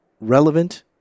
relevant